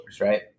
right